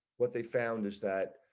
what they found is that